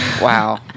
Wow